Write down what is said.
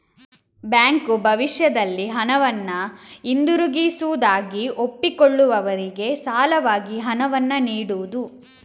bank ಭವಿಷ್ಯದಲ್ಲಿ ಹಣವನ್ನ ಹಿಂದಿರುಗಿಸುವುದಾಗಿ ಒಪ್ಪಿಕೊಳ್ಳುವವರಿಗೆ ಸಾಲವಾಗಿ ಹಣವನ್ನ ನೀಡುದು